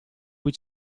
cui